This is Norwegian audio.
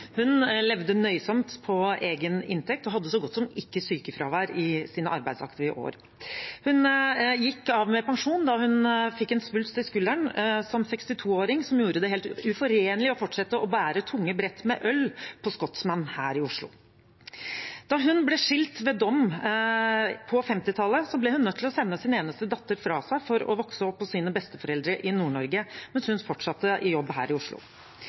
Hun levde nøysomt på egen inntekt og hadde så godt som ikke sykefravær i sine arbeidsaktive år. Hun gikk av med pensjon da hun fikk en svulst i skulderen som 62-åring, som var helt uforenlig med å fortsette å bære tunge brett med øl på Scotsman her i Oslo. Da hun ble skilt ved dom på 1950-tallet, ble hun nødt til å sende sin eneste datter fra seg for å la henne vokse opp hos besteforeldrene i Nord-Norge, mens hun fortsatte i jobb her i Oslo.